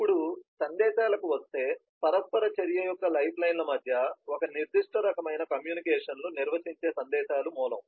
ఇప్పుడు సందేశాలకు వస్తే పరస్పర చర్య యొక్క లైఫ్లైన్ల మధ్య ఒక నిర్దిష్ట రకమైన కమ్యూనికేషన్ను నిర్వచించే సందేశాలు మూలకం